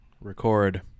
record